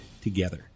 together